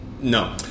No